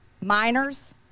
Minors